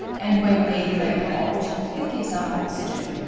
and when made red hot it gives out oxygen.